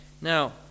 Now